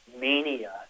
mania